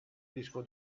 disco